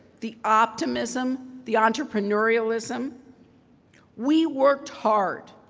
the optimism, the ah entrepreneurialism. we worked hard.